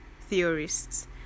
theorists